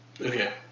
Okay